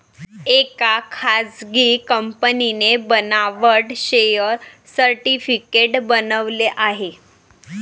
एका खासगी कंपनीने बनावट शेअर सर्टिफिकेट बनवले आहे